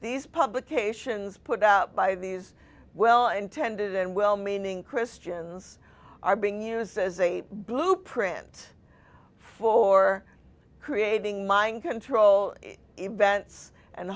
these publications put out by these well intended and well meaning christians are being used as a blueprint for creating mind control events and